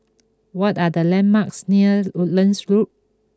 what are the landmarks near Woodlands Loop